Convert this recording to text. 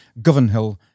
Govanhill